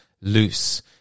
loose